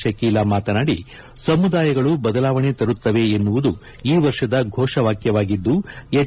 ಶಕೀಲಾ ಮಾತನಾಡಿ ಸಮುದಾಯಗಳು ಬದಲಾವಣೆ ತರುತ್ತವೆ ಎನ್ನುವುದು ಈ ವರ್ಷದ ಫೋಷವಾಕ್ವವಾಗಿದ್ದು ಎಚ್